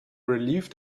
relieved